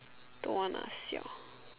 don't want lah siao